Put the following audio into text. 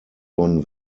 von